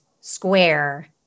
square